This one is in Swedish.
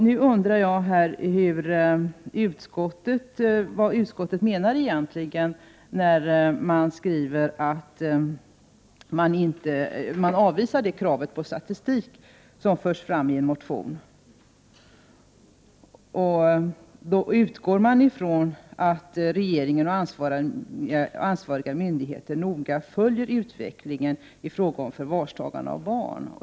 Nu undrar jag vad utskottet egentligen menar, när man avvisar det krav på statistik som förts fram i en motion. Utskottet utgår från att regeringen och ansvariga myndigheter noga följer utvecklingen i fråga om förvarstagande av barn.